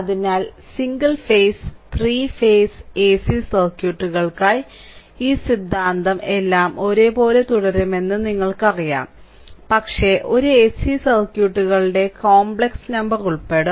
അതിനാൽ single phase three phase AC സർക്യൂട്ടുകൾക്കായി ഈ സിദ്ധാന്തം എല്ലാം ഒരേപോലെ തുടരുമെന്ന് നിങ്ങൾക്കറിയാം പക്ഷേ ഒരു AC സർക്യൂട്ടുകളുടെ കോംപ്ലക്സ് നമ്പർ ഉൾപ്പെടും